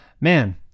man